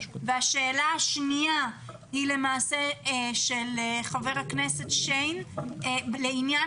שאלה שניה של חבר הכנסת שיין לעניין